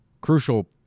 crucial